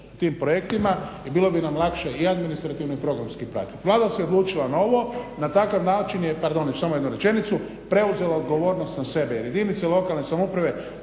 tim projektima i bilo bi nam lakše i administrativno i programski pratiti. Vlada se odlučila na ovo, na takav način je preuzela odgovornost na sebe jer jedinice lokalne samouprave